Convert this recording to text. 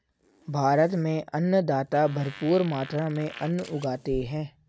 भारत में अन्नदाता भरपूर मात्रा में अन्न उगाते हैं